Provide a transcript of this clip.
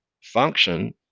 function